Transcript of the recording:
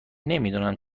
نمیدونم